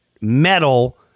metal